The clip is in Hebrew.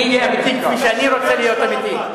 אני אהיה אמיתי, כפי שאני רוצה להיות אמיתי.